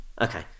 Okay